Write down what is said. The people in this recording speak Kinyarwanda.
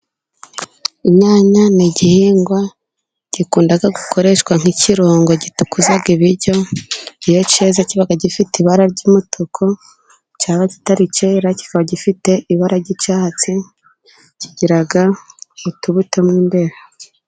Inyanya ni igihingwa gikunda gukoreshwa nk'ikirungo gitukuza ibiryo, iyo cyeze, kiba gifite ibara ry'umutuku, cyaba kitari cyera kikaba gifite ibara ry'icyatsi, kigiraga utubuto mo imbere.